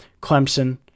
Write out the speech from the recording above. Clemson